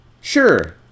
Sure